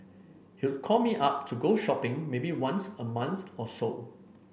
he'll call me up to go shopping maybe once a month or so